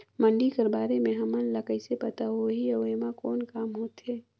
मंडी कर बारे म हमन ला कइसे पता होही अउ एमा कौन काम होथे?